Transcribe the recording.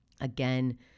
again